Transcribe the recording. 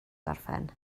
gorffen